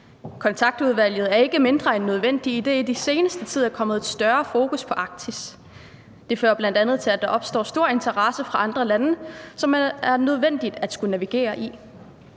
Kontaktudvalget er intet mindre end nødvendigt, idet der i den seneste tid er kommet et større fokus på Arktis. Det fører bl.a. til, at der opstår stor interesse fra andre lande, noget, som det er nødvendigt at skulle navigere i.